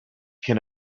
can